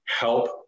help